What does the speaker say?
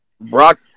Brock